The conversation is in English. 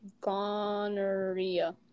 gonorrhea